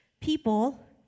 people